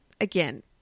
Again